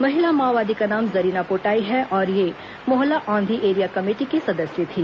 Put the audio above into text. महिला माओवादी का नाम जरीना पोटाई है और यह मोहला औंधी एरिया कमेटी की सदस्य थी